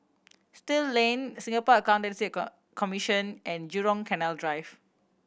Still Lane Singapore Accountancy Commission and Jurong Canal Drive